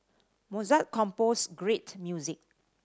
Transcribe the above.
Mozart composed great music